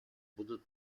будут